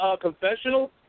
confessional